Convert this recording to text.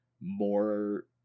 more